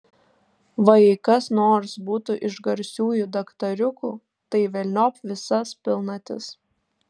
va jei kas nors būtų iš garsiųjų daktariukų tai velniop visas pilnatis